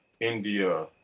India